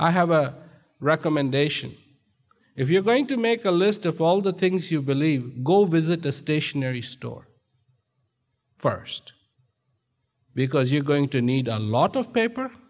i have a recommendation if you're going to make a list of all the things you believe go visit the stationary store first because you're going to need a lot of paper